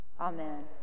Amen